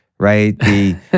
right